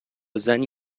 زنی